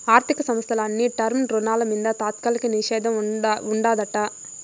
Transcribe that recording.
ఆర్థిక సంస్థల అన్ని టర్మ్ రుణాల మింద తాత్కాలిక నిషేధం ఉండాదట